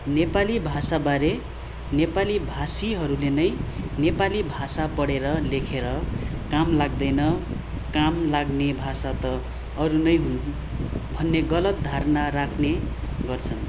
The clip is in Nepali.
नेपाली भाषाबारे नेपाली भाषीहरूले नै नेपाली भाषा पढेर लेखेर काम लाग्दैन काम लाग्ने भाषा त अरू नै हुन् भन्ने गलत धारणा राख्ने गर्छन्